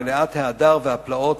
מלאת ההדר והפלאות,